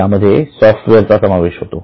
यामध्ये सॉफ्टवेअरचा समावेश होतो